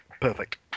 Perfect